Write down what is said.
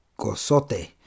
Cosote